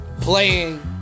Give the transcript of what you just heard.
playing